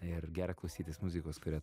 ir gera klausytis muzikos kurią